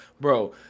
Bro